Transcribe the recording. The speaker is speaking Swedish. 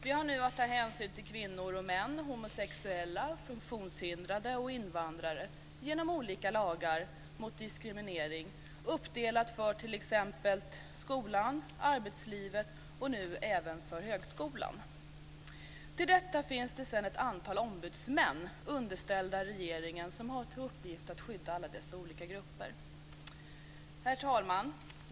Vi har nu att ta hänsyn till kvinnor och män, homosexuella, funktionshindrade och invandrare genom olika lagar mot diskriminering uppdelat för t.ex. skolan och arbetslivet, och nu även för högskolan. Till detta finns sedan ett antal ombudsmän, underställda regeringen, som har till uppgift att skydda alla dessa olika grupper. Herr talman!